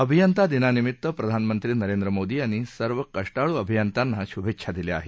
अभियंता दिनानिमित्त प्रधानमंत्री नरेंद्र मोदी यांनी सर्व कष्टाळू अभियंत्यांना शुभेच्छा दिल्या आहेत